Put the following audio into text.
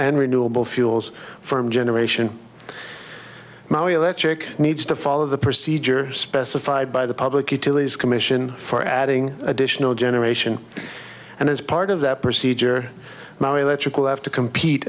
and renewable fuels for generation maoi electric needs to follow the procedure specified by the public utilities commission for adding additional generation and as part of that procedure my electric will have to compete